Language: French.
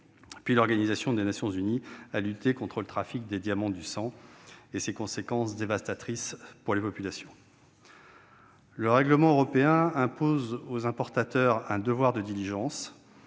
puis l'Organisation des Nations unies, à lutter contre le trafic des « diamants du sang » et ses conséquences dévastatrices pour les populations. Le règlement européen impose aux importateurs un devoir de diligence